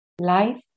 life